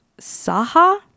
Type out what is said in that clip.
Saha